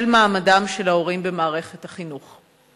של מעמדם של ההורים במערכת החינוך.